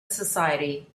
society